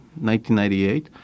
1998